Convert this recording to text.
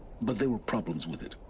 but there were problems with it